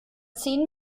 zehn